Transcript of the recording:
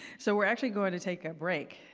so, we're actually going to take our break.